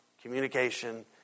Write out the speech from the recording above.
communication